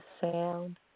sound